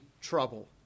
trouble